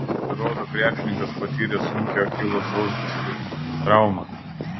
pasirodo krepšininkas patyrė sunkią achilo sausgyslių traumą